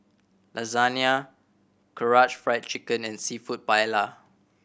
Lasagna Karaage Fried Chicken and Seafood Paella